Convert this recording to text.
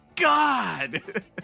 God